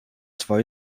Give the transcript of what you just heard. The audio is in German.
zwei